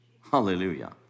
Hallelujah